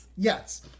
Yes